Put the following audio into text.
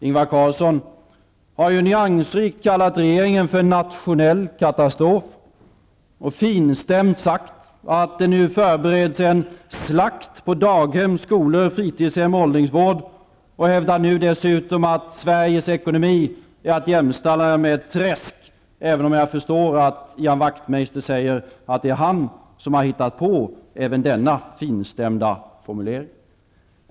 Ingvar Carlsson har nyansrikt kallat regeringen för en ''nationell katastrof'' och finstämt sagt att det nu förbereds en ''slakt på daghem, skolor, fritidshem och åldringsvård.'' Han hävdar nu dessutom att Sveriges ekonomi är att jämställa med ett träsk, även om jag förstår att Ian Wachtmeister säger att det är han som har hittat på även denna finstämda formulering.